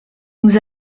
nous